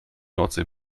nordsee